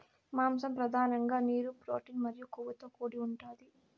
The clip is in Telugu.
మాంసం పధానంగా నీరు, ప్రోటీన్ మరియు కొవ్వుతో కూడి ఉంటాది